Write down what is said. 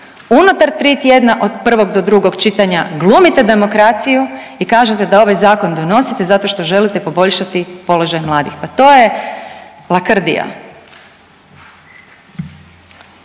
unutar 3 tjedna od prvog do drugog čitanja glumite demokraciju i kažete da ovaj Zakon donosite zato što želite poboljšati položaj mladih. Pa to je lakrdija.